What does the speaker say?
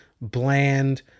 bland